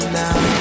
now